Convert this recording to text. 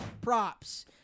props